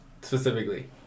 specifically